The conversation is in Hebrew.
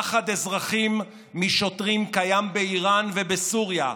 פחד אזרחים משוטרים קיים באיראן ובסוריה.